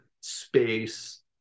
space